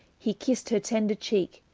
he kist her tender cheeke,